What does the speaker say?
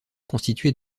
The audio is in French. constitués